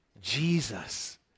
Jesus